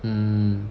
mm